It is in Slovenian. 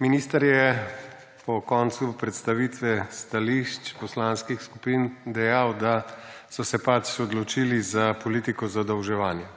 Minister je po koncu predstavitve stališč poslanskih skupin dejal, da so se pač odločili za politiko zadolževanja.